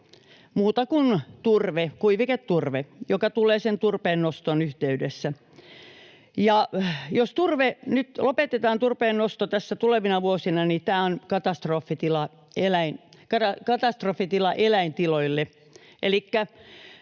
kuin turve, kuiviketurve, joka tulee sen turpeennoston yhteydessä. Jos turpeennosto nyt lopetetaan tässä tulevina vuosina, niin tämä on katastrofitila eläintiloille.